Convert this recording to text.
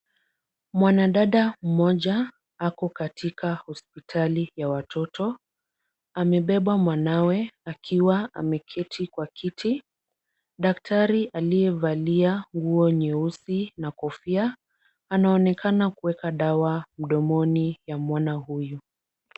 Mwanadada mmoja ako katika hospitali ya watoto, amebeba mwanawe akiwa ameketi kwa kiti. Daktari aliyevalia nguo nyeusi na kofia anaonekana kuweka dawa mdomoni ya mwana huyu.